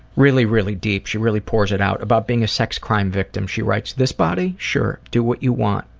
really really deep, she really pours it out. about being a sex crime victim she writes this body? sure. do what you want.